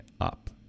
up